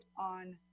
on